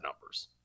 numbers